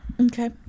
Okay